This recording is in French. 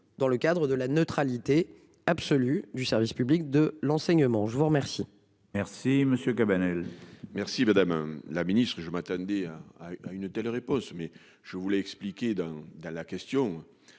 dans le cadre de la neutralité absolue du service public de l'enseignement, je vous remercie. Merci monsieur Cabanel. Merci madame la ministre je m'attendais à une telle riposte mais je vous l'ai expliqué dans dans la question.